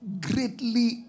greatly